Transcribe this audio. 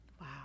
Wow